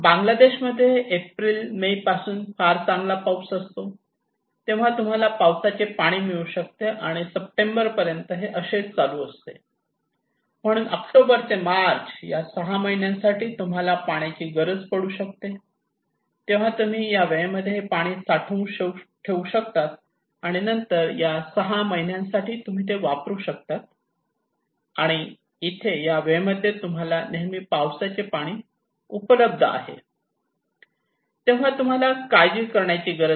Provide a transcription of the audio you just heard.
बांगलादेशामध्ये April May पासून फार चांगला पाऊस असतो तेव्हा तुम्हाला पावसाचे पाणी मिळू शकते आणि हे सप्टेंबर पर्यंत असे चालू शकते आणि म्हणून ऑक्टोबर ते मार्च या सहा महिन्यांसाठी तुम्हाला पाण्याची गरज पडू शकते तेव्हा तुम्ही या वेळेमध्ये हे पाणी साठवून ठेवू शकतात आणि नंतर या सहा महिन्यांसाठी तुम्ही ते वापरू शकतात आणि इथे या वेळेमध्ये तुम्हाला नेहमी पावसाचे पाणी उपलब्ध आहे तेव्हा तुम्हाला काळजी करायची गरज नाही